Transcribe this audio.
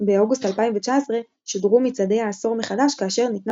באוגוסט 2019 שודרו מצעדי העשור מחדש כאשר ניתנה